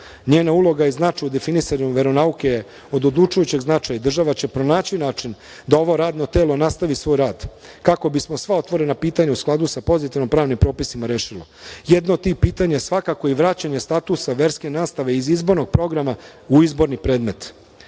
Njena uloga i značaj u definisanju veronauke od odlučujućeg je značaja i država će pronaći način da ovo radno telo nastavi svoj rad, kako bismo sva otvorena pitanja u skladu sa pozitivno pravnim propisima rešili. Jedno od tih pitanja je svakako vraćanje statusa verske nastave iz izbornog programa u izborni